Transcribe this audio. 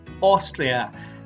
Austria